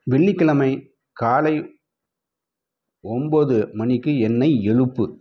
வெள்ளிக்கிழமை காலை ஒம்பது மணிக்கு என்னை எழுப்பு